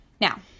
Now